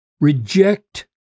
reject